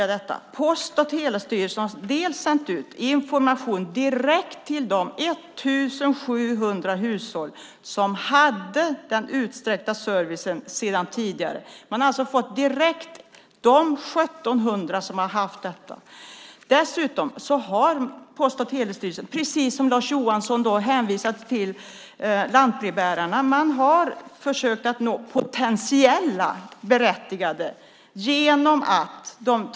För det första har Post och telestyrelsen sänt ut information direkt till de 1 700 hushåll som hade den utsträckta servicen sedan tidigare. För det andra har Post och telestyrelsen, precis som Lars Johansson hänvisade till, försökt nå potentiella berättigade genom lantbrevbärarna.